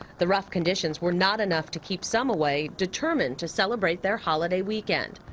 the rough conditions were not enough to keep some away determined to celebrate their holiday weekend.